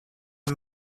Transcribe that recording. and